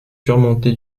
surmonté